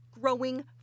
growing